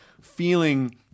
feeling